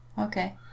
Okay